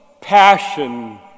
passion